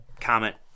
comment